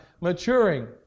maturing